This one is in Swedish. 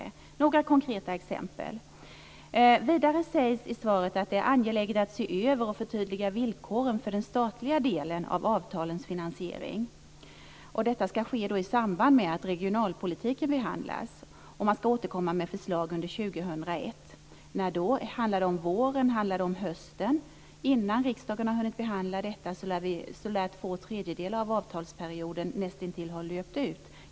Det här är några konkreta exempel. Vidare sägs det i svaret att det är angeläget att se över och förtydliga villkoren för den statliga delen av avtalens finansering. Detta ska ske i samband med att regionalpolitiken behandlas. Man ska återkomma med förslag under år 2001. När då? Handlar det om våren eller om hösten? Innan riksdagen hunnit behandla detta lär två tredjedelar av avtalsperioden nästintill ha löpt ut.